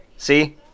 See